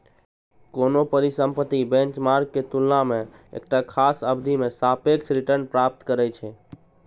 कोनो परिसंपत्ति बेंचमार्क के तुलना मे एकटा खास अवधि मे सापेक्ष रिटर्न प्राप्त करै छै